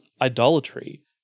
idolatry